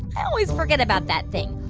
i always forget about that thing.